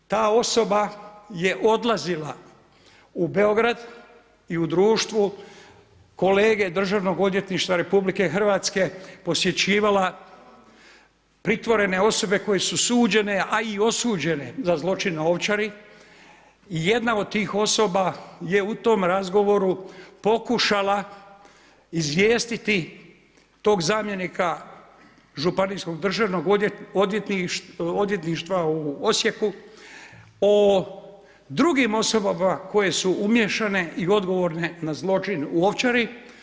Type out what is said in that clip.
Ta osoba je odlazila u Beograd i u društvu kolege Državnog odvjetništva Republike Hrvatske posjećivala pritvorene osobe koje su suđene, a i osuđene za zločin na Ovčari i jedna od tih osoba je u tom razgovoru pokušala izvijestiti tog zamjenika Županijskog državnog odvjetništva u Osijeku o drugim osobama koje su umiješane i odgovorne na zločin u Ovčari.